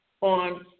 on